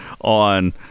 on